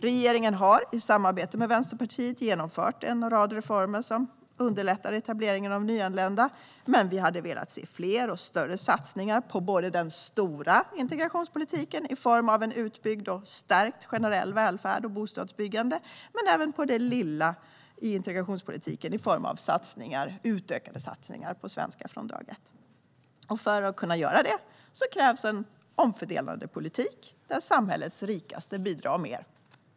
Regeringen har i samarbete med Vänsterpartiet genomfört en rad reformer som underlättar etableringen av nyanlända, men vi hade velat se fler och större satsningar både på den stora integrationspolitiken i form av en utbyggd och stärkt generell välfärd och bostadsbyggande och på den lilla integrationspolitiken i form av utökade satsningar på svenska från dag ett. För att kunna göra det krävs en omfördelande politik där samhällets rikaste bidrar mer.